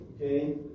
okay